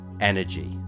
energy